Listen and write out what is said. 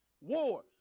War